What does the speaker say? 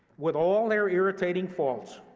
with all their irritating faults,